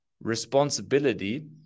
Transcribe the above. responsibility